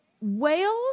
whales